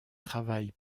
travaille